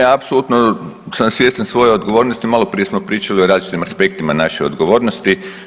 Ne, apsolutno sam svjestan svoje odgovornosti, maloprije smo pričali o različitim aspektima naše odgovornosti.